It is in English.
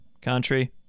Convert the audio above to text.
country